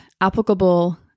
applicable